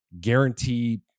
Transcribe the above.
guarantee